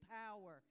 power